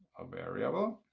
a variable.